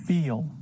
Feel